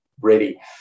ready